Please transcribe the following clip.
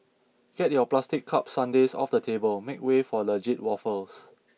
get your plastic cup sundaes off the table make way for legit waffles